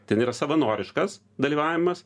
ten yra savanoriškas dalyvavimas